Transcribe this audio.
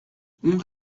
اون